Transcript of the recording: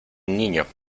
niño